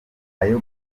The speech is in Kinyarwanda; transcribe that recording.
ayo